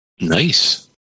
nice